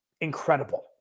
incredible